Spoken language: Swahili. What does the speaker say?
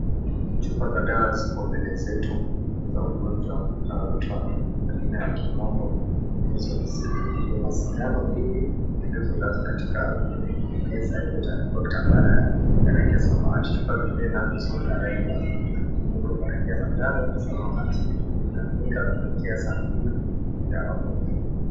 Chupa za dawa zipo mbele zetu za ugonjwa unaitwa kwa jina ya kimombo, Measles . Kuna sindano mbili zilizolazwa katika meza ile imetandikwa kitambara ya rangi ya samawati. Chupa nazo ni za rangi ya manjano na samawati. Inatumika kuwekea sampuli ya wagonjwa.